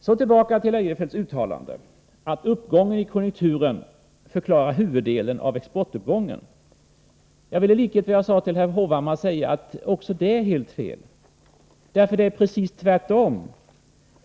Så tillbaka till Eirefelts uttalande, att uppgången i konjunkturen förklarar huvuddelen av exportuppgången. Också det är — i likhet med herr Hovhammars påstående — helt fel. Det är precis tvärtom.